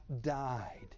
died